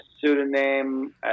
pseudonym